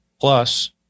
Plus